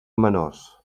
menors